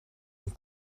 een